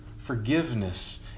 Forgiveness